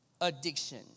addiction